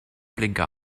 blinker